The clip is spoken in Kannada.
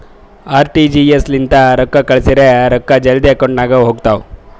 ಆರ್.ಟಿ.ಜಿ.ಎಸ್ ಲಿಂತ ರೊಕ್ಕಾ ಕಳ್ಸುರ್ ರೊಕ್ಕಾ ಜಲ್ದಿ ಅಕೌಂಟ್ ನಾಗ್ ಹೋತಾವ್